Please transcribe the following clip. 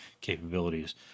capabilities